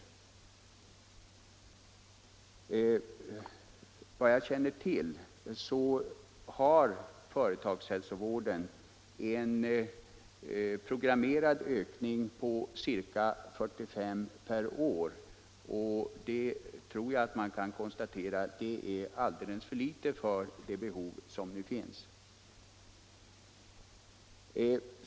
Såvitt jag känner till har företagshälsovården en programmerad ökning med 45 tjänster per år, vilket jag anser vara alldeles för litet för att inom rimlig tid kunna fylla det behov som finns.